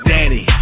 Danny